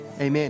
Amen